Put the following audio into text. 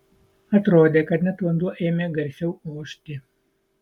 atrodė kad net vanduo ėmė garsiau ošti